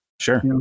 Sure